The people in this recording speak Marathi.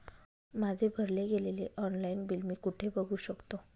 माझे भरले गेलेले ऑनलाईन बिल मी कुठे बघू शकतो?